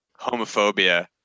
homophobia